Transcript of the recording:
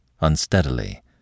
unsteadily